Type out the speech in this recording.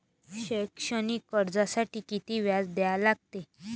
शैक्षणिक कर्जासाठी किती व्याज द्या लागते?